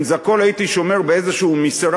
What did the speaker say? אם את הכול הייתי שומר באיזה משרד,